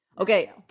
Okay